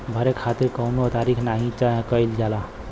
भरे खातिर कउनो तारीख नाही तय कईल जाला